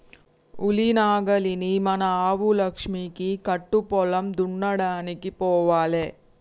ఉలి నాగలిని మన ఆవు లక్ష్మికి కట్టు పొలం దున్నడానికి పోవాలే